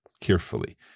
carefully